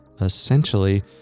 Essentially